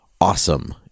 awesome